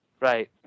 Right